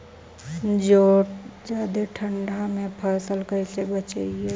जादे ठंडा से फसल कैसे बचइबै?